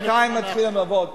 בינתיים מתחילים לעבוד.